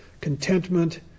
Contentment